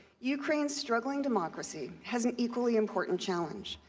ukraine struggling democracy had an equally important challenge,